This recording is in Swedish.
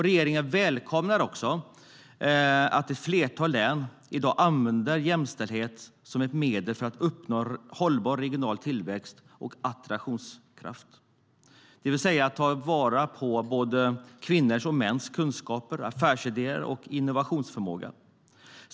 Regeringen välkomnar att ett flertal län i dag använder jämställdhet som ett medel att uppnå hållbar regional tillväxt och attraktionskraft, det vill säga ta vara på både kvinnors och mäns kunskap, affärsidéer och innovationsförmåga.